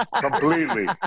Completely